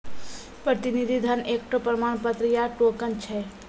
प्रतिनिधि धन एकठो प्रमाण पत्र या टोकन छै